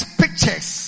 pictures